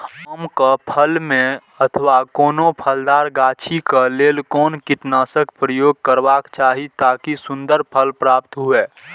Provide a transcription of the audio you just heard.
आम क फल में अथवा कोनो फलदार गाछि क लेल कोन कीटनाशक प्रयोग करबाक चाही ताकि सुन्दर फल प्राप्त हुऐ?